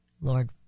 Lord